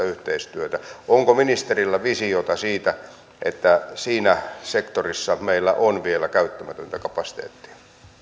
yhteistyötä onko ministerillä visiota siitä että siinä sektorissa meillä on vielä käyttämätöntä kapasiteettia